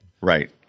Right